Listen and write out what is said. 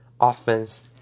offense